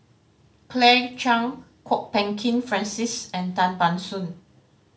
Claire Chiang Kwok Peng Kin Francis and Tan Ban Soon